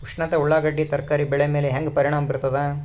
ಉಷ್ಣತೆ ಉಳ್ಳಾಗಡ್ಡಿ ತರಕಾರಿ ಬೆಳೆ ಮೇಲೆ ಹೇಂಗ ಪರಿಣಾಮ ಬೀರತದ?